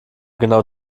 genau